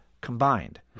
combined